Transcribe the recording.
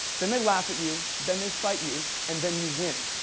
then they laugh at you, then they fight you, and then you win.